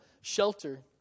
shelter